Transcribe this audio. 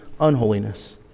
unholiness